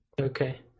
Okay